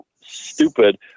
stupid